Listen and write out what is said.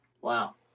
Wow